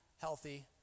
healthy